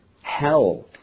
Hell